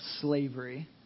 slavery